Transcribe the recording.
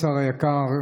היקר,